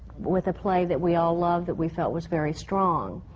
with a play that we all loved, that we felt was very strong.